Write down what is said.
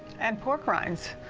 and pork reigns.